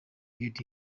get